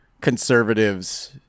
conservatives